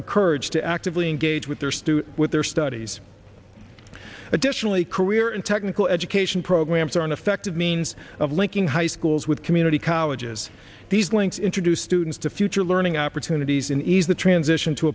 encouraged to actively engage with their stew with their studies additionally career and technical education programs are an effective means of linking high schools with community colleges these links introduce students to future learning opportunities in ease the transition to